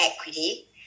equity